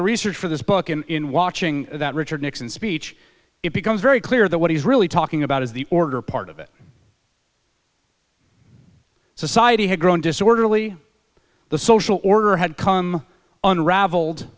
the research for this book and in watching that richard nixon speech it becomes very clear that what he's really talking about is the order part of it society had grown disorderly the social order had come unravel